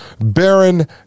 Baron